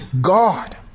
god